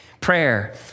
Prayer